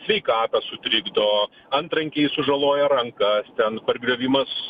sveikatą sutrikdo antrankiai sužaloja rankas ten pargriovimas